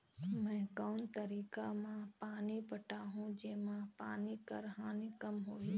मैं कोन तरीका म पानी पटाहूं जेमा पानी कर हानि कम होही?